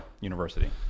University